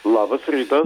labas rytas